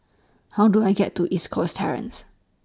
How Do I get to East Coast Terrace